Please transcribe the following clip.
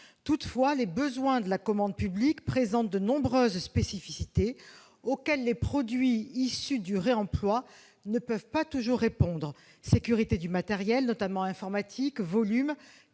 Toutefois, les besoins de la commande publique présentent de nombreuses spécificités, auxquelles les produits issus du réemploi ne peuvent pas toujours répondre : sécurité du matériel, notamment informatique, volume,